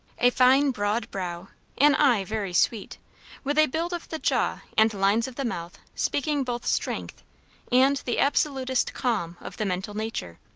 a fine broad brow an eye very sweet with a build of the jaw and lines of the mouth speaking both strength and the absolutest calm of the mental nature.